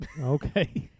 Okay